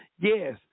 Yes